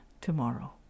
tomorrow